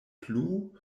plu